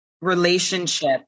relationship